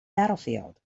battlefield